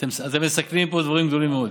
אתם מסכנים פה דברים גדולים מאוד.